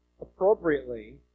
appropriately